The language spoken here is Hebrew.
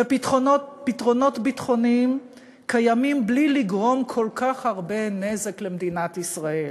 ופתרונות ביטחוניים קיימים בלי לגרום כל כך הרבה נזק למדינת ישראל.